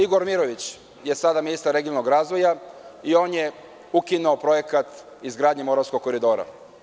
Igor Mirović je sada ministar regionalnog razvoja i on je ukinuo projekat izgradnje moravskog koridora.